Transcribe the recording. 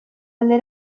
alde